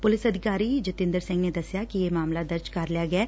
police ਅਧਿਕਾਰੀ ਜਤਿੰਦਰ ਸਿੰਘ ਨੇ ਦਸਿਆ ਕਿ ਮਾਮਲਾ ਦਰਜ਼ ਕਰ ਲਿਆ ਗਿਐ